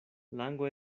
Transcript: lango